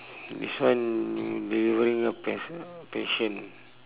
this one delivery no patie~ patient